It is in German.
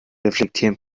reflektieren